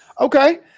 Okay